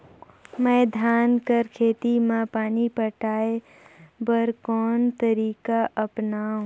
मैं धान कर खेती म पानी पटाय बर कोन तरीका अपनावो?